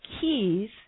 keys